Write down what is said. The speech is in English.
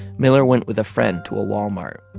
miller went with a friend to a walmart.